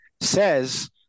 says